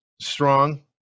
strong